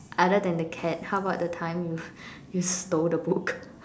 other than the cat how about the time you you stole the book